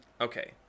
Okay